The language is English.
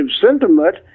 sentiment